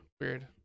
Weird